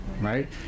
right